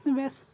ویٚس